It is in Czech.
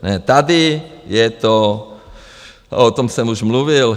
Ne, tady je to o tom jsem už mluvil.